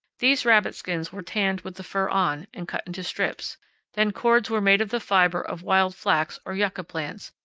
these rabbitskins were tanned with the fur on, and cut into strips then cords were made of the fiber of wild flax or yucca plants,